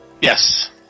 Yes